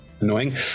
annoying